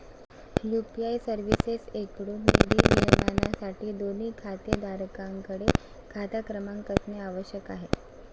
UPI सर्व्हिसेसएकडून निधी नियमनासाठी, दोन्ही खातेधारकांकडे खाता क्रमांक असणे आवश्यक आहे